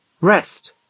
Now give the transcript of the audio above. rest